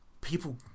people